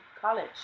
college